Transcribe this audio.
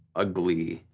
ugly,